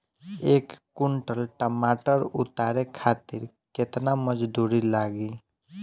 एक कुंटल टमाटर उतारे खातिर केतना मजदूरी लागी?